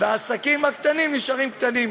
והעסקים הקטנים נשארים קטנים,